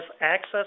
access